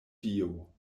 dio